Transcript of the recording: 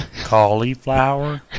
cauliflower